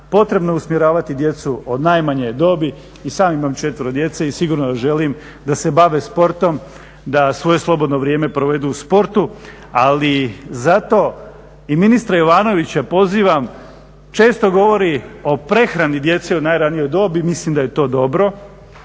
potrebno je usmjeravati djecu od najmanje dobi, i sam imam četvero djece i sigurno želim da se bave sportom, da svoje slobodno vrijeme provedu u sportu. Ali zato i ministra Jovanovića pozivam, često govori o prehrani djece u najranijoj dobi, mislim da je to dobro,